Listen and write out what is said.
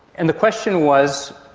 and the question was,